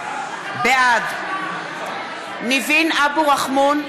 בעד ניבין אבו רחמון,